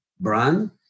brand